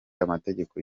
amategeko